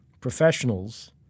professionals